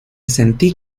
sentí